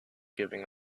giving